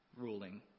ruling